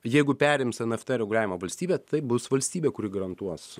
jeigu perims nft reguliavimą valstybė tai bus valstybė kuri garantuos